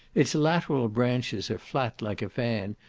its lateral branches are flat, like a fan,